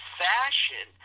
fashion